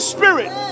Spirit